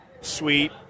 sweet